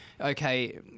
okay